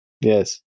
yes